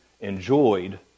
enjoyed